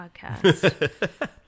podcast